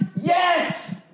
yes